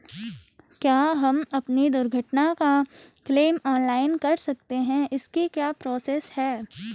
क्या हम अपनी दुर्घटना का क्लेम ऑनलाइन कर सकते हैं इसकी क्या प्रोसेस है?